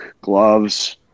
gloves